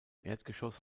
erdgeschoss